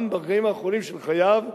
גם ברגעים האחרונים של חייו,